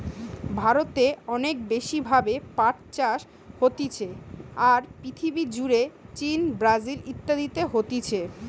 ভারতে অনেক বেশি ভাবে পাট চাষ হতিছে, আর পৃথিবী জুড়ে চীন, ব্রাজিল ইত্যাদিতে হতিছে